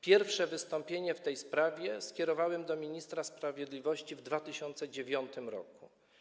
Pierwsze wystąpienie w tej sprawie skierowałem do ministra sprawiedliwości w 2009 r.